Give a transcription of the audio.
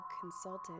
consultant